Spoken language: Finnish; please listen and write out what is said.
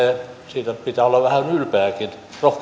siitä pitää olla vähän ylpeäkin